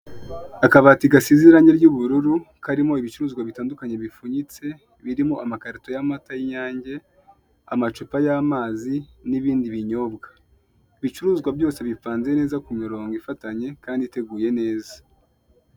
Akabati gasize irangi ry'ubururu, karimo ibicuruzwa bitandukanye bipfunyitse, birimo amakarito y'amata y'Inyange, amacupa y'amazi n'ibindi binyobwa. Ibicuruzwa byose bipanze neza ku mirongo ifatanye kandi iteguye neza.